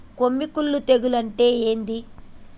కొమ్మి కుల్లు తెగులు అంటే ఏంది?